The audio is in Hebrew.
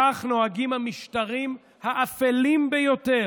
כך נוהגים המשטרים האפלים ביותר.